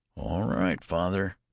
all right, father